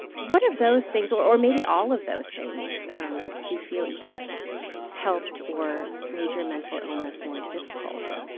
what, of those things or or maybe all of those things um do you feel either helped or made your mental illness more difficult?